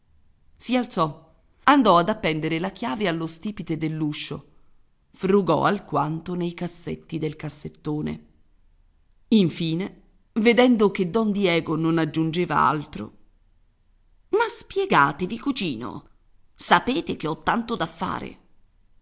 si alzò andò ad appendere la chiave allo stipite dell'uscio frugò alquanto nei cassetti del cassettone infine vedendo che don diego non aggiungeva altro ma spiegatevi cugino sapete che ho tanto da fare